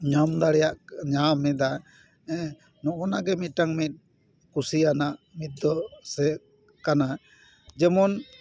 ᱧᱟᱢ ᱫᱟᱲᱮᱭᱟᱜ ᱧᱟᱢ ᱮᱫᱟ ᱱᱚᱜᱼᱚ ᱱᱟ ᱜᱮ ᱢᱤᱜᱴᱟᱝ ᱢᱤᱫ ᱠᱩᱥᱤᱭᱟᱱᱟᱜ ᱢᱤᱫ ᱫᱚ ᱥᱮ ᱪᱮᱫ ᱠᱟᱱᱟ ᱡᱮᱢᱚᱱ